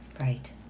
Right